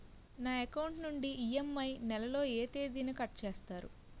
నా అకౌంట్ నుండి ఇ.ఎం.ఐ నెల లో ఏ తేదీన కట్ చేస్తారు?